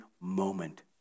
moment